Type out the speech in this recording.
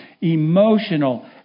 emotional